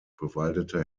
bewaldete